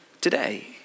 today